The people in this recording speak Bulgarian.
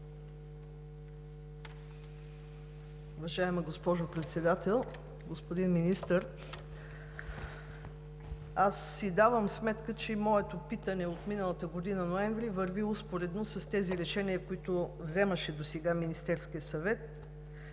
Уважаема госпожо Председател, господин Министър! Аз си давам сметка, че моето питане от месец ноември миналата година върви успоредно с тези решения, които вземаше досега Министерският съвет.